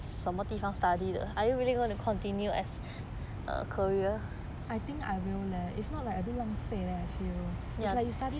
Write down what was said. I think I will leh if not like a bit 浪费 leh I feel it's like you study